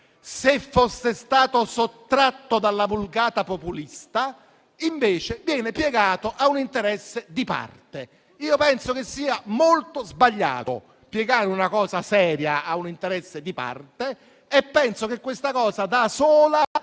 se fosse stato sottratto dalla vulgata populista, viene piegato invece a un interesse di parte. Penso che sia molto sbagliato piegare una cosa seria a un interesse di parte e penso che questa cosa da sola